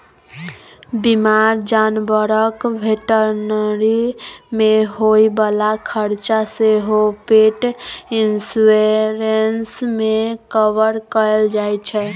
बीमार जानबरक भेटनरी मे होइ बला खरचा सेहो पेट इन्स्योरेन्स मे कवर कएल जाइ छै